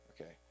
okay